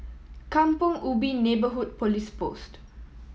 Kampong Ubi Neighbourhood Police Post